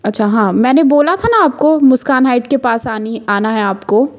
अच्छा हाँ मैंने बोला था ना आपको मुस्कान हाइट के पास आनी आना है आपको